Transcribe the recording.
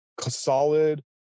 solid